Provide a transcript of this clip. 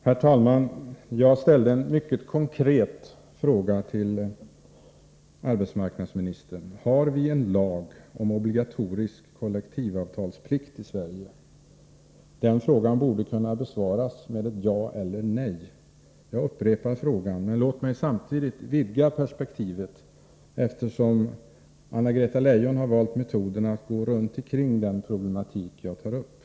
Herr talman! Jag ställde en mycket konkret fråga till arbetsmarknadsministern: Har vi en lag om obligatorisk kollektivavtalsplikt i Sverige? Den frågan borde kunna besvaras med ett ja eller ett nej. Jag upprepar frågan, men låt mig samtidigt vidga perspektivet, eftersom Anna-Greta Leijon valt metoden att kringgå den problematik jag tar upp.